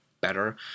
better